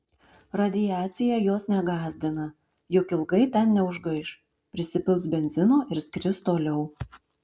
radiacija jos negąsdina juk ilgai ten neužgaiš prisipils benzino ir skris toliau